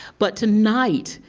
but tonight,